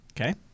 Okay